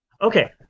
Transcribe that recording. Okay